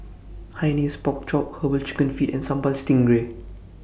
Hainanese Pork Chop Herbal Chicken Feet and Sambal Stingray